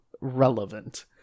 relevant